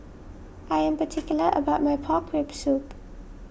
I am particular about my Pork Rib Soup